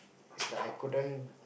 it's like I couldn't